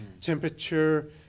temperature